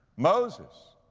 moses,